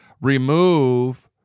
remove